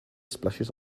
splashes